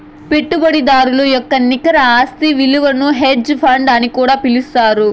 పెట్టుబడిదారుల యొక్క నికర ఆస్తి ఇలువను హెడ్జ్ ఫండ్ అని కూడా పిలుత్తారు